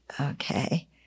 okay